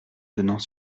donnant